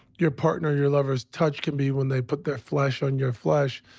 your partner, your lover's touch can be when they put their flesh on your flesh.